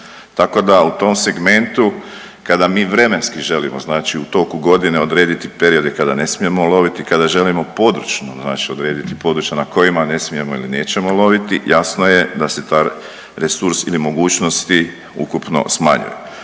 tako da u tom segmentu kada mi vremenski želimo u toku godine odrediti periode kada ne smijemo loviti, kada želimo područno odrediti područja na kojima ne smijemo ili nećemo loviti, jasno je da se taj resurs ili mogućnosti ukupno smanjuju.